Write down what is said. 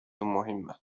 مهمة